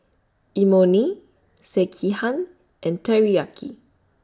Imoni Sekihan and Teriyaki